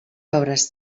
obres